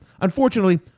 Unfortunately